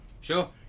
sure